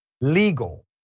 legal